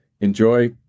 Enjoy